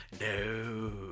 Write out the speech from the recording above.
No